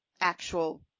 actual